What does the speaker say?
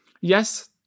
yes